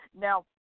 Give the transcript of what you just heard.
Now